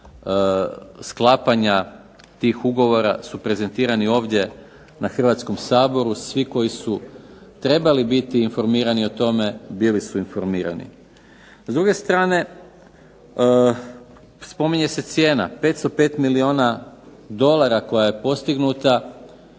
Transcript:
sklapanja tih ugovora su prezentirani ovdje na Hrvatskom saboru, svi koji su trebali biti informirani o tome bili su informirani. S druge strane spominje se cijena. 505 milijuna dolara koja je postignuta,